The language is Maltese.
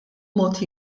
mod